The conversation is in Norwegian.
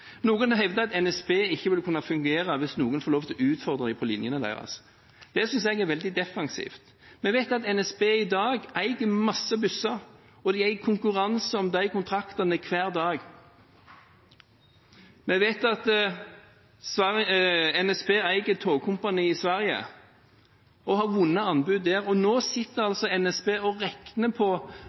Noen hevder at NSB ikke vil kunne fungere hvis noen får lov til å utfordre dem på linjene deres. Det synes jeg er veldig defensivt. Vi vet at NSB i dag eier masse busser, og de er i konkurranse om de kontraktene hver dag. Vi vet at NSB eier Tågkompaniet i Sverige og har vunnet anbud der, og nå sitter altså NSB og regner på